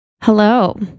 Hello